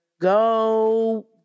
go